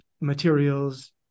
materials